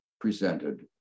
presented